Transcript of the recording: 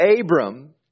Abram